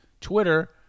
Twitter